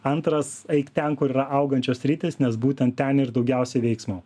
antras eik ten kur yra augančios sritys nes būtent ten ir daugiausiai veiksmo